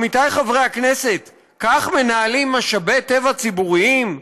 עמיתיי חברי הכנסת, כך מנהלים משאבי טבע ציבוריים?